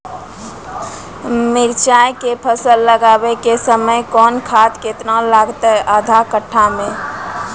मिरचाय के फसल लगाबै के समय कौन खाद केतना लागतै आधा कट्ठा मे?